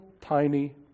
tiny